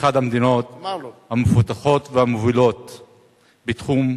אחת המדינות המפותחות והמובילות בתחום.